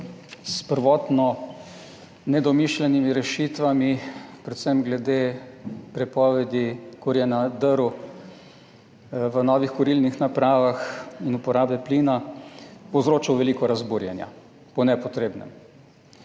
s prvotno nedomišljenimi rešitvami, predvsem glede prepovedi kurjenja drv v novih kurilnih napravah in uporabe plina, povzročil veliko razburjenja po nepotrebnem.